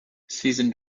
season